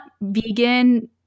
vegan